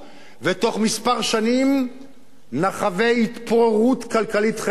ותוך כמה שנים נחווה התפוררות כלכלית-חברתית.